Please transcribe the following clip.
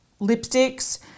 lipsticks